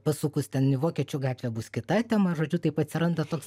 pasukus ten į vokiečių gatvę bus kita tema žodžiu taip atsiranda toks